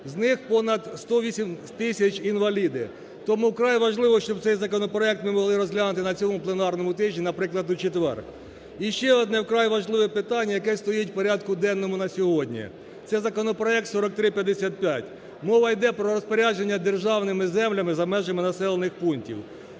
з них понад 108 тисяч – інваліді. Тому вкрай важливо, щоб цей законопроект ми могли розглянути на цьому пленарному тижні, наприклад, у четвер. І ще одне вкрай важливе питання, яке стоїть в порядку денному на сьогодні, це законопроект 4355. Мова йде про розпорядження державними землями за межами населених пунктів.